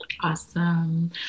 Awesome